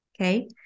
okay